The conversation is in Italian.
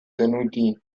tenuti